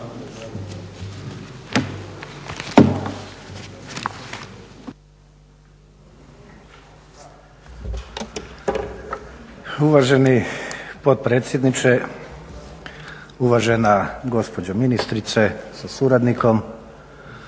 Uvaženi potpredsjedniče, uvažena gospođo ministrice sa suradnikom,